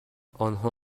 آنها